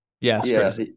Yes